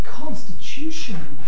constitution